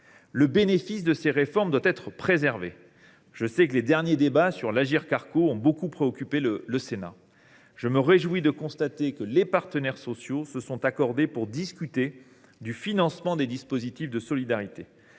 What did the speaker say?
Le bénéfice de ces réformes doit être préservé. Je sais que les derniers débats sur l’Agirc Arrco ont beaucoup préoccupé le Sénat. Je me réjouis de le constater, les partenaires sociaux se sont accordés pour discuter du financement des dispositifs de solidarité.